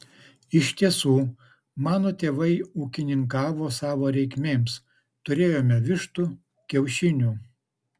iš tiesų mano tėvai ūkininkavo savo reikmėms turėjome vištų kiaušinių